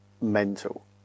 mental